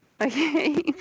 okay